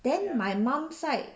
then my mum side